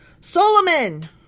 solomon